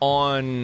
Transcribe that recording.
on